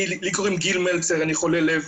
לי קוראים גיל מלצר, אני חולה לב,